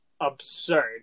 Absurd